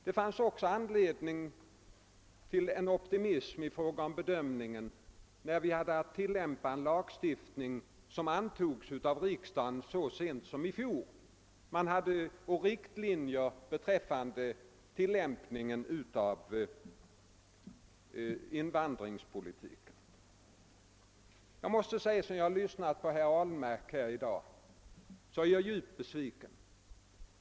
Det fanns också anledning till optimism med hänsyn till den lagstiftning som antogs av riksdagen så sent som i fjol och som rörde riktlinjerna för tilllämpningen av invandringspolitiken. Efter att ha lyssnat på herr Ahlmark i dag är jag emellertid djupt besviken.